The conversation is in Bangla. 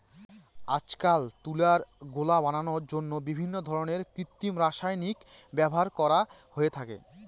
আজকাল তুলার গোলা বানানোর জন্য বিভিন্ন ধরনের কৃত্রিম রাসায়নিকের ব্যবহার করা হয়ে থাকে